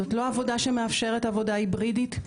זאת לא עבודה שמאפשרת עבודה היברידית,